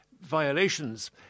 violations